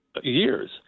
years